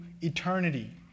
eternity